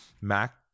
Mac